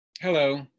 Hello